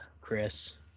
Chris